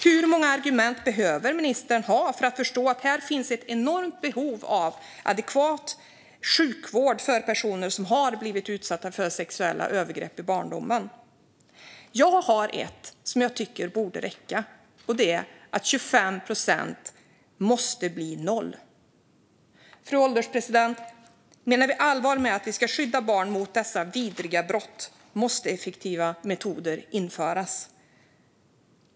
Hur många argument behöver ministern höra för att förstå att det finns ett enormt behov av adekvat sjukvård för personer som har blivit utsatta för sexuella övergrepp i barndomen? Jag har ett som jag tycker borde räcka, och det är att 25 procent måste bli noll. Fru ålderspresident! Menar vi allvar med att vi ska skydda barn mot dessa vidriga brott måste effektiva metoder införas.